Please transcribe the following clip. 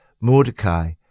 Mordecai